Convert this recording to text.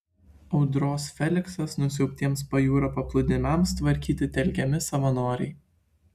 audros feliksas nusiaubtiems pajūrio paplūdimiams tvarkyti telkiami savanoriai